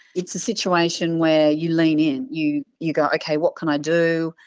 it's a situation where you lean in, you you go, okay, what can i do?